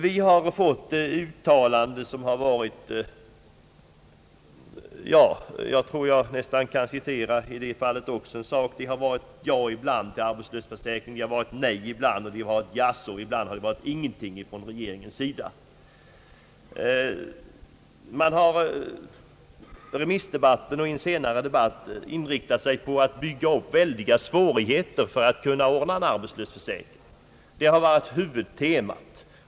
Vi har fått olika uttalanden i denna fråga. Ibland har det varit ja, ibland nej, ibland jaså och ibland ingenting från regeringens sida. Man har under remissdebatten och i en senare debatt inriktat sig på att bygga upp väldiga svårigheter för att ordna en arbetslöshetsförsäkring. Det har varit huvudtemat.